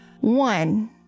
One